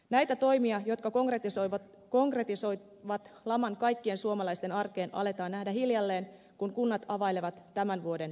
näitä toimia jotka konkretisoivat laman kaikkien suomalaisten arkeen aletaan nähdä hiljalleen kun kunnat availevat tämän vuoden budjettejaan